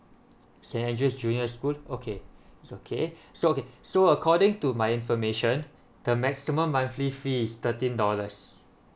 st andrew's junior school okay it's okay so okay so according to my information the maximum monthly fees is thirteen dollars